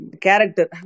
character